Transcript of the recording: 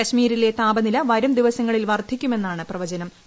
കശ്മീരിലെ താപനില വരുംദിവസങ്ങളിൽ വർധിക്കുമെന്നാണ് പ്രവചന്നു